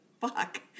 fuck